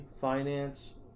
finance